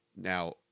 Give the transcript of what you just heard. now